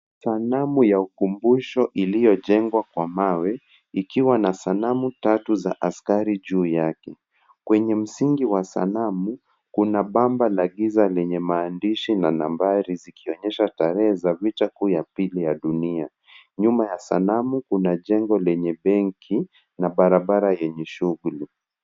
Sanamu ya ukumbusho iliyojengwa kwa mawe; ikiwa na sanamu tatu za askari juu yake. Kwenye msingi wa sanamu, kuna bamba la giza lenye maandishi na nambari zikionyesha tarehe za vita kuu ya pili ya dunia. Nyuma ya sanamu, kuna jengo lenye benki na barabara yenye shughuli.